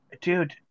dude